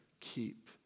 keep